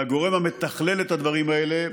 והגורם המתכלל את הדברים האלה,